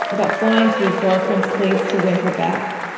about flying to his girlfriend's place to win her back.